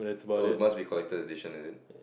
oh it must be collector's edition is it